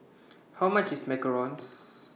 How much IS Macarons